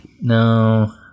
No